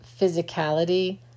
physicality